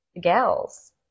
gals